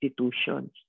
institutions